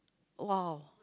!wow!